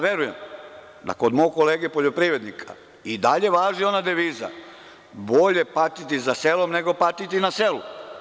Verujem da kod mog kolege poljoprivrednika i dalje važi ona deviza – bolje patiti za selom, nego patiti na selu.